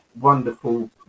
wonderful